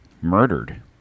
murdered